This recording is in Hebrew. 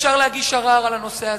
אפשר להגיש ערר על הנושא הזה,